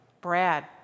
Brad